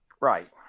Right